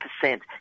percent